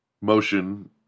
motion